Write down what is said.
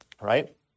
right